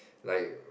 like